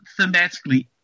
thematically